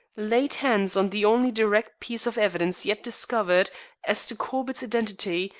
laid hands on the only direct piece of evidence yet discovered as to corbett's identity,